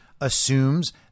assumes